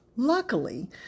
Luckily